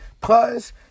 Plus